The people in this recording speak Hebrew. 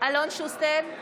אלון שוסטר,